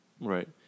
Right